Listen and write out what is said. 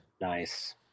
Nice